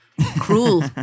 cruel